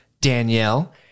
Danielle